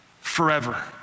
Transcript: forever